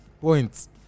points